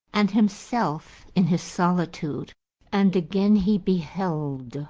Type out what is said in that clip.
and himself in his solitude and again he beheld,